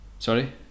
Sorry